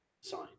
sign